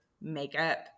makeup